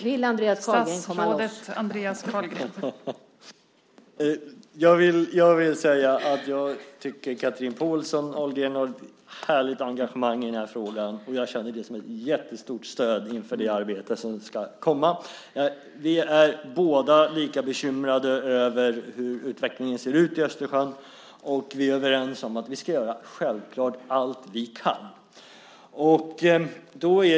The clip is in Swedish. Vill Andreas Carlgren komma loss?